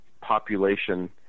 population